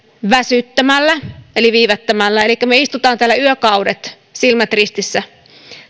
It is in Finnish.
väsyttämällä eli viivyttämällä elikkä me istumme täällä yökaudet silmät ristissä